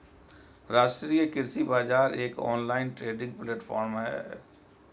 राष्ट्रीय कृषि बाजार एक ऑनलाइन ट्रेडिंग प्लेटफॉर्म है